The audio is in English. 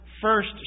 first